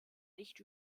nicht